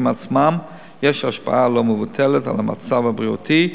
עצמם יש השפעה לא מבוטלת על המצב הבריאותי,